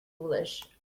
foolish